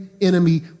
enemy